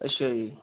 ਅੱਛਾ ਜੀ